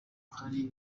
hari